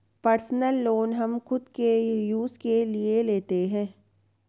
personal loan हम खुद के यूज के लिए लेते है